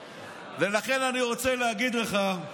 ולכן אני רוצה להגיד לך,